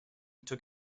took